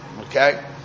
Okay